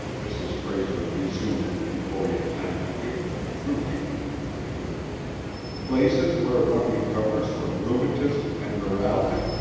mrs. frayser resumed before he had time to give her the true reading of the dream places where one recovers from rheumatism and neuralgia?